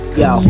yo